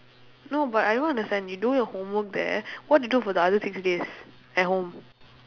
no but I don't understand you do your homework there what you do for the other six days at home